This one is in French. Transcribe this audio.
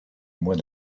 mois